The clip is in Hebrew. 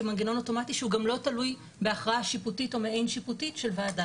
כמנגנון אוטומטי שלא תלוי בהכרעה שיפוטית או מעין שיפוטית של ועדה